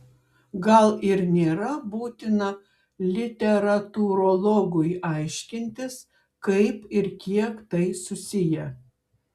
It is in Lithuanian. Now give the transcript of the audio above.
gal ir nėra būtina literatūrologui aiškintis kaip ir kiek tai susiję